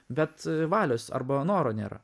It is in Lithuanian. bet valios arba noro nėra